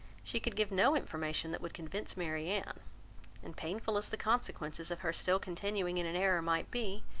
she could give no information that would convince marianne and painful as the consequences of her still continuing in an error might be,